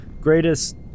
Greatest